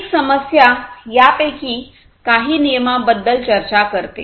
आर्थिक समस्या यापैकी काही नियमांबद्दल चर्चा करते